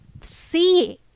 see